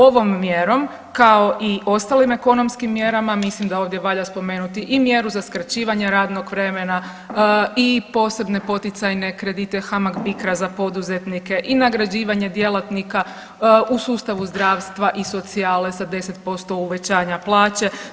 Ovom mjerom kao i ostalim ekonomskim mjerama mislim da ovdje valja spomenuti i mjeru za skraćivanje radnog vremena i posebne poticajne kredite HAMAG BIKRA za poduzetnike i nagrađivanje djelatnika u sustavu zdravstva i socijale sa 10% uvećanja plaće.